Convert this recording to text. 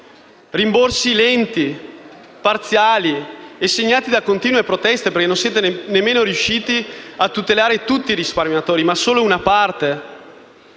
rimborsi lenti, parziali e segnati da continue proteste perché non siete nemmeno riusciti a tutelare tutti i risparmiatori, ma solo una parte.